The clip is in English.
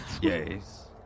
Yes